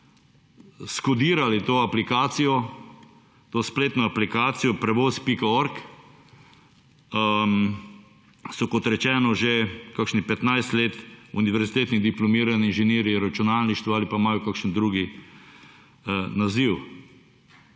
skodirali to aplikacijo, to spletno aplikacijo prevoz.org so kot rečeno že kakšnih 15 let univerzitetni diplomirani inženirji računalništva ali pa imajo kakšen drugi naziv.